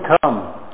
come